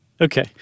Okay